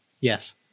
Yes